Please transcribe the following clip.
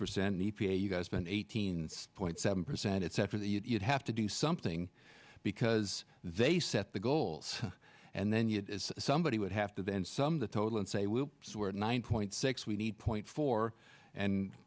percent the p a you guys been eighteen point seven percent it's after that you'd have to do something because they set the goals and then you had somebody would have to then some the total and say we'll where nine point six we need point four and